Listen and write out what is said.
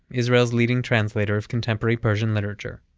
israel's leading translator of contemporary persian literature.